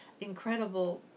incredible